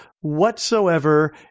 whatsoever